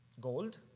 gold